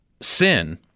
sin